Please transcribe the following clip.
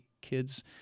kids